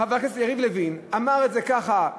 חבר הכנסת יריב לוין אמר את זה ככה,